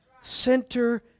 Center